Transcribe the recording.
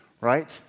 right